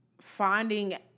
finding